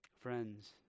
Friends